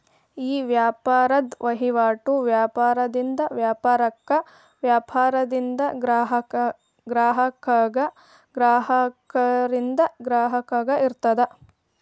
ಈ ವ್ಯಾಪಾರದ್ ವಹಿವಾಟು ವ್ಯಾಪಾರದಿಂದ ವ್ಯಾಪಾರಕ್ಕ, ವ್ಯಾಪಾರದಿಂದ ಗ್ರಾಹಕಗ, ಗ್ರಾಹಕರಿಂದ ಗ್ರಾಹಕಗ ಇರ್ತದ